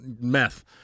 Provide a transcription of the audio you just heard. meth